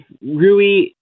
Rui